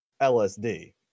LSD